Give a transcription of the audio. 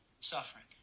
suffering